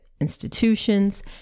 institutions